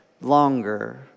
longer